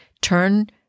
Turn